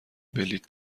بلیط